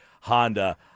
Honda